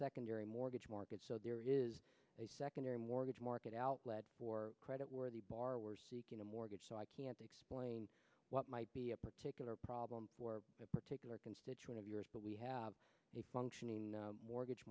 secondary mortgage market so there is a secondary mortgage market outlet for credit worthy borrowers mortgage so i can't explain what might be a particular problem for that particular constituent of yours but we have a functioning mortgage